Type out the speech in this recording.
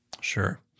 Sure